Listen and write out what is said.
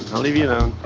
i'll leave you alone.